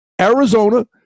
arizona